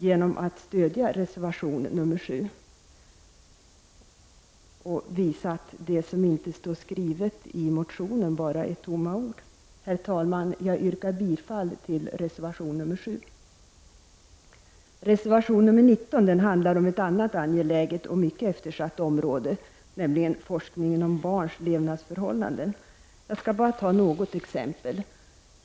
På det sättet kan ni visa att det ni skriver i er motion inte bara är tomma ord. Herr talman! Jag yrkar bifall till reservation 7. Reservation 19 handlar om ett annat angeläget och mycket eftersatt område, nämligen forskningen om barns levnadsförhållanden. Jag skall nämna bara något exempel.